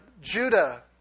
Judah